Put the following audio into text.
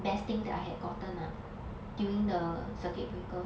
best thing that I had gotten lah during the circuit breaker